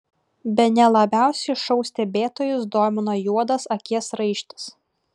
bene labiausiai šou stebėtojus domino juodas akies raištis